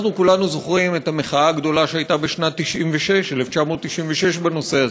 אנחנו כולנו זוכרים את המחאה הגדולה שהייתה בשנת 1996 בנושא הזה.